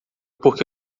porque